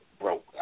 broke